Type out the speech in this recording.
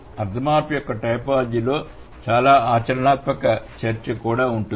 అర్థ మార్పు యొక్క టైపోలాజీలో చాలా ఆచరణాత్మకమైన చర్చ కూడా ఉంటుంది